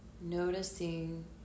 noticing